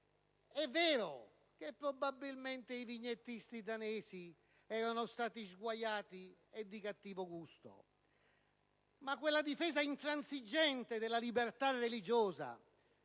è vero che probabilmente i vignettisti danesi erano stati sguaiati e di cattivo gusto, ma quella difesa intransigente della libertà religiosa